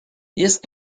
jest